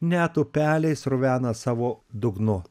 net upeliai sruvena savo dugnu